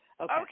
Okay